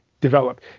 develop